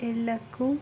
ಎಲ್ಲಕ್ಕೂ